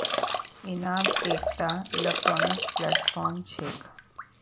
इनाम एकटा electronic platform छेक